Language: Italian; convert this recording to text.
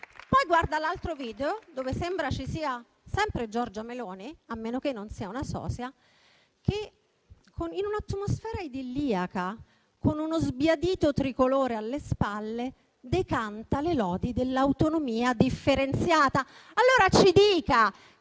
Nell'altro video sembra ci sia sempre Giorgia Meloni, a meno che non sia una sosia, che, in un'atmosfera idilliaca, con uno sbiadito tricolore alle spalle, decanta le lodi dell'autonomia differenziata. Allora ci dica